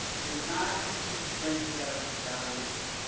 it is not easy to bring together these values,